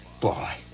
Boy